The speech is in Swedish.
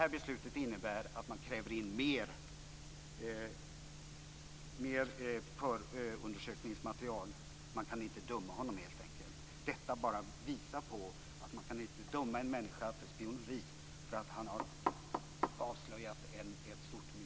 Detta beslut innebär att man kräver in mer förundersökningsmaterial. Man kan helt enkelt inte döma honom. Detta visar att man inte kan döma en människa för spioneri för att han har avslöjat ett stort miljöbrott.